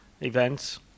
events